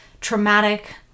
traumatic